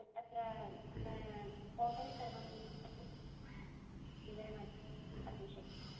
अत्र होटेल् सर्वं विवरणादि दातुं शक्